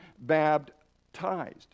baptized